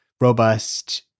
robust